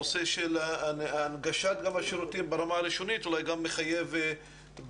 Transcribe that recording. הנושא גם של הנגשת השירותים ברמה הראשונית אולי גם מחייב בדיקה.